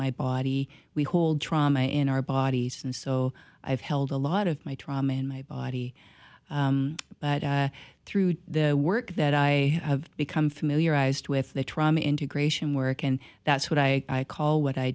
my body we hold trauma in our bodies and so i've held a lot of my trauma in my body but through the work that i have become familiarized with the trauma integration work and that's what i call what i